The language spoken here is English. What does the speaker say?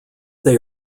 they